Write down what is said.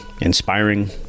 inspiring